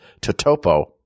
Totopo